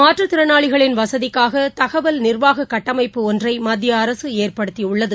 மாற்றுத்திறனாளிகளின் வசதிக்காக தகவல் நிர்வாக கட்டமைப்பு ஒன்றை மத்திய அரசு ஏற்படுத்தியுள்ளது